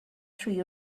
through